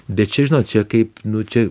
bet čia žinot čia kaip nu čia